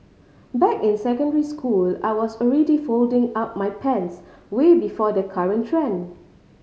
back in secondary school I was already folding up my pants way before the current trend